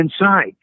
inside